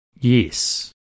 Yes